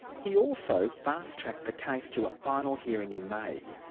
he also fast-tracked the case to final hearing in may.